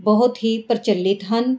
ਬਹੁਤ ਹੀ ਪ੍ਰਚਲਿਤ ਹਨ